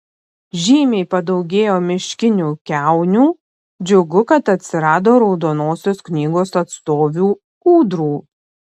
žymiai padaugėjo miškinių kiaunių džiugu kad atsirado raudonosios knygos atstovių ūdrų